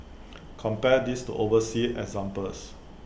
compare this to overseas examples